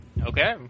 Okay